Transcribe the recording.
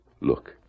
Look